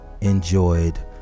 enjoyed